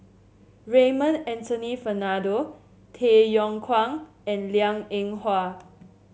Raymond Anthony Fernando Tay Yong Kwang and Liang Eng Hwa